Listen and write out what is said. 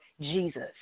Jesus